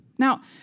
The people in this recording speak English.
Now